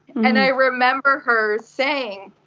and i remember her saying,